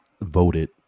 voted